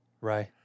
right